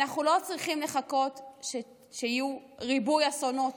אנחנו לא צריכים לחכות שיהיה ריבוי אסונות,